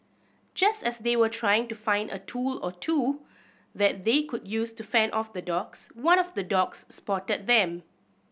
just as they were trying to find a tool or two that they could use to fend off the dogs one of the dogs spotted them